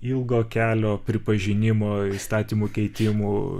ilgo kelio pripažinimo įstatymų keitimų